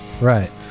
Right